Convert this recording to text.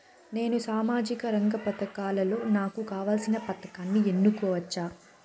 నేను సామాజిక రంగ పథకాలలో నాకు కావాల్సిన పథకాన్ని ఎన్నుకోవచ్చా?